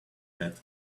that